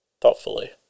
thoughtfully